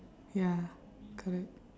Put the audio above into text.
ya correct